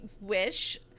wish